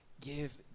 Give